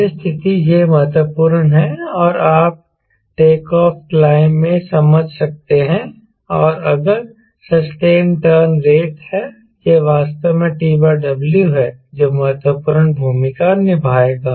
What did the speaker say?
यह स्थिति यह महत्वपूर्ण है और आप टेकऑफ़क्लाइंब में समझ सकते हैं और अगर ससटेनड टर्न रेट हैं यह वास्तव में TW है जो महत्वपूर्ण भूमिका निभाएगा